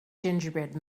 gingerbread